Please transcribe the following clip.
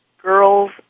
girls